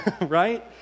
right